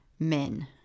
Men